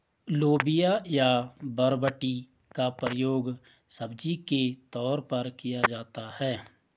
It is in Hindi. लोबिया या बरबटी का प्रयोग सब्जी के तौर पर किया जाता है